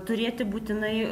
turėti būtinai